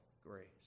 grace